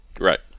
Right